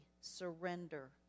surrender